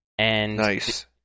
Nice